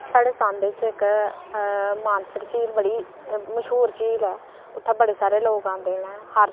साढ़े सांबे च इक मानसर झील बड़ी मश्हूर झील ऐ उत्थै बड़े सारे लोक औंदे न हर